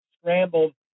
scrambled